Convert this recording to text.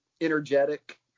energetic